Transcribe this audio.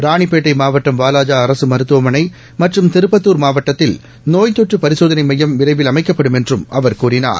ராணிப்பேட்டை மாவட்டம் வாவாஜா அரசு மருத்துவமனை மற்றும் திருப்பத்தூர் மாவட்டத்தில் நோய் தொற்று பரிசோதனை மையம் விரைவில் அமைக்கப்படும் என்றும் அவர் கூறினார்